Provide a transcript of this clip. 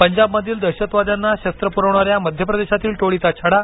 पंजाबमधील दहशतवाद्यांना शस्त्र पुरविणाऱ्या मध्य प्रदेशातील टोळीचा छडा